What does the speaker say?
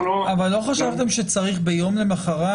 --- אבל לא חשבתם שצריך ביום למחרת,